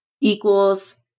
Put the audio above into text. equals